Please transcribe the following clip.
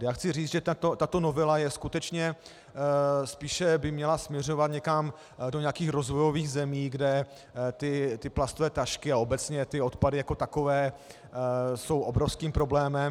Já chci říci, že tato novela by skutečně spíše měla směřovat někam do nějakých rozvojových zemí, kde plastové tašky a obecně odpady jako takové jsou obrovským problémem.